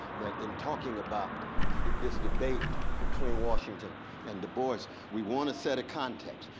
that in talking about this debate between washington and du bois we want to set a context.